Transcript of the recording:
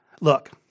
Look